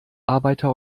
arbeiter